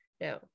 now